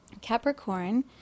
capricorn